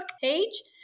page